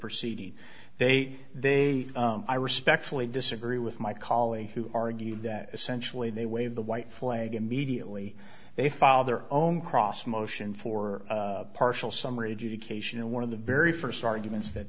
proceed they they i respectfully disagree with my colleague who argued that essentially they waive the white flag immediately they file their own cross motion for partial summary education and one of the very first arguments that